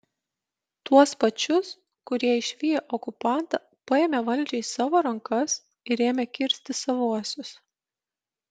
tuos pačius kurie išviję okupantą paėmė valdžią į savo rankas ir ėmė kirsti savuosius